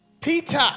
Peter